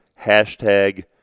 hashtag